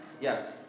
Yes